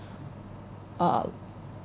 uh